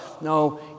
No